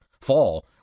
Fall